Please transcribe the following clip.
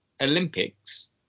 Olympics